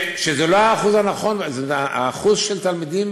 וזה לא האחוז הנכון: האחוז של התלמידים